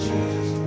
Jesus